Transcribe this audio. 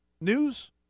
news